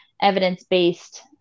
evidence-based